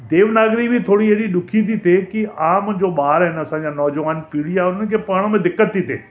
देवनागरी बि थोरी अहिड़ी ॾुखी थी थिए की आहे मुंहिंजो ॿार आहिनि असांजा नौजवान पीढ़ी या उन्हनि खे पढ़ण में दिक़त थी थिए